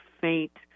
faint